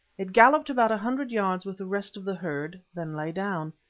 it galloped about a hundred yards with the rest of the herd, then lay down.